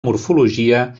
morfologia